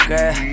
Girl